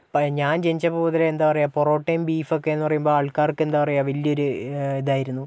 അപ്പോൾ ഞാന് ജനിച്ചപ്പോള് മുതലെന്താ പറയുക പൊറോട്ടയും ബീഫോക്കെന്ന് പറയുമ്പോൾ ആള്ക്കാര്ക്ക് എന്താ പറയുക വലിയൊരു ഇതായിരുന്നു